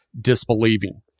Disbelieving